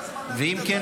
ואם כן,